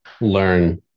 learn